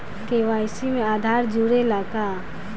KYC में आधार जुड़े ला का?